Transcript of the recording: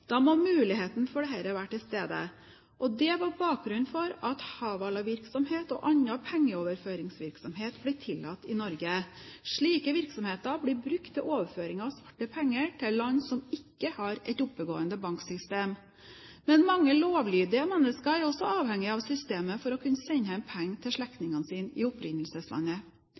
Da må muligheten til dette være til stede. Det var bakgrunnen for at hawala-virksomhet og andre pengeoverføringsvirksomheter ble tillatt i Norge. Slike virksomheter blir brukt til overføring av svarte penger til land som ikke har et oppegående banksystem. Men mange lovlydige mennesker er også avhengige av systemet for å kunne sende penger hjem til sine slektninger i opprinnelseslandet.